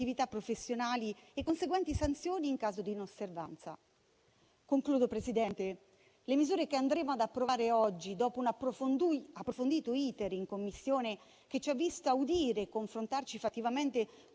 attività professionali e conseguenti sanzioni in caso di inosservanza. In conclusione, Presidente, le misure che andremo ad approvare oggi hanno visto un approfondito *iter* in Commissione, che ci ha visti udire e confrontarci fattivamente